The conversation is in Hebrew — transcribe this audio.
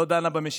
לא דנה במשילות,